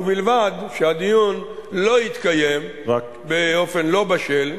ובלבד שהדיון לא יתקיים באופן לא בשל,